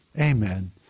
Amen